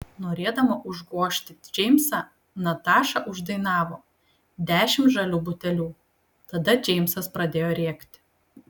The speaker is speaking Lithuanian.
norėdama užgožti džeimsą nataša uždainavo dešimt žalių butelių tada džeimsas pradėjo rėkti